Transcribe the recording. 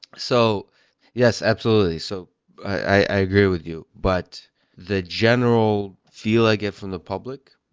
so yes, absolutely. so i agree with you. but the general feel i get from the public,